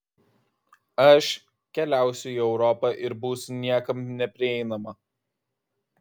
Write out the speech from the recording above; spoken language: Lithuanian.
aš keliausiu į europą ir būsiu niekam neprieinama